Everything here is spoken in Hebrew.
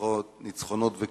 ניצחונות וכיבושים.